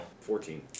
Fourteen